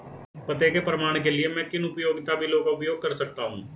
पते के प्रमाण के लिए मैं किन उपयोगिता बिलों का उपयोग कर सकता हूँ?